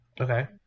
Okay